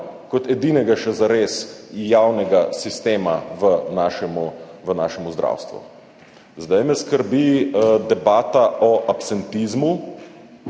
kot edini še zares javni sistem v našem zdravstvu. Zdaj me skrbi debata o absentizmu,